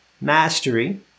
mastery